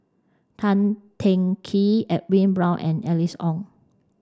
Tan Teng Kee Edwin Brown and Alice Ong